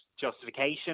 justification